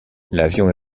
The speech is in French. l’avion